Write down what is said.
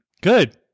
Good